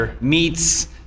meets